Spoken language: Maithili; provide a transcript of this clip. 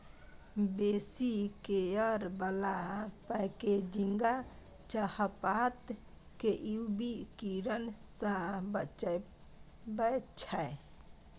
बेसी लेयर बला पैकेजिंग चाहपात केँ यु वी किरण सँ बचाबै छै